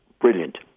brilliant